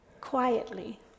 quietly